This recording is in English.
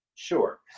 Sure